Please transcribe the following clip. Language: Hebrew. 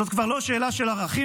זאת כבר לא שאלה של ערכים,